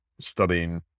studying